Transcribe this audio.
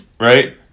right